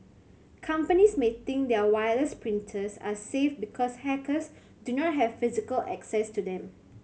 companies may think their wireless printers are safe because hackers do not have physical access to them